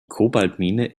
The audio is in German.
kobaltmine